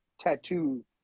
tattoo